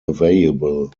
available